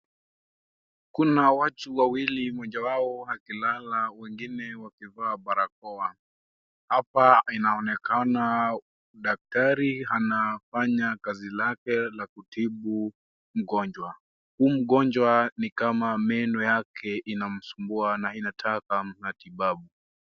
Kuna watu wawili moja wao akilala wengine wakivaa barakoa. Hapa inaonekana daktari anafanya kazi lake la kutibu mgonjwa. Huu mgonjwa ni kama meno yake inamsubua na inataka matibabu.